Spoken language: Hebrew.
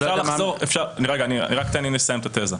אני לא יודע --- רק תן לי לסיים על התזה.